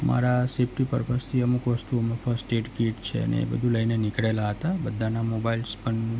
અમારા સેફ્ટી પર્પસથી અમુક વસ્તુઓમાં ફર્સ્ટ એડ કીટ છે ને એ બધું લઈને નીકળેલા હતા બધાના મોબાઈલ્સ પણ